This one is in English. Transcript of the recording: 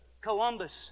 Columbus